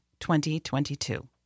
2022